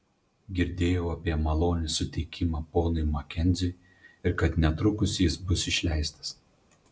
girdėjau apie malonės suteikimą ponui makenziui ir kad netrukus jis bus išleistas